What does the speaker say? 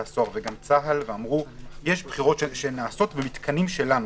הסוהר וגם מצה"ל ואמרו שיש בחירות שנעשות במתקנים שלהם.